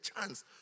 chance